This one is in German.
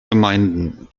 gemeinden